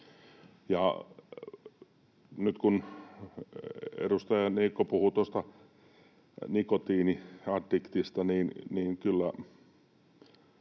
Nyt kun edustaja Niikko puhui noista nikotiiniaddikteista, niin kyllä